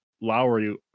Lowry